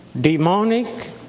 Demonic